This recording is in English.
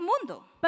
mundo